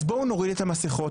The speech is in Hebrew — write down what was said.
אז בואו נוריד את המסכות,